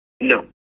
No